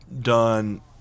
done